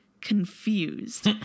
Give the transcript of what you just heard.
confused